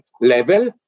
level